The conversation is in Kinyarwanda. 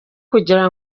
kugira